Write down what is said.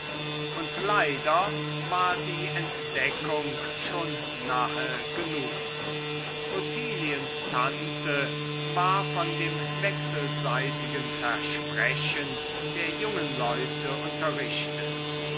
und leider war die entdeckung schon nahe genug ottiliens tante war von dem wechselseitigen versprechen der jungen leute unterrichtet